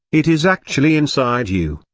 it is actually inside you,